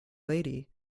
lady